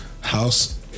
house